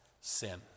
sin